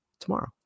tomorrow